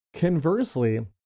Conversely